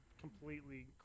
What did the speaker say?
completely